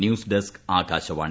news desk Akashvani